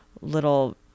little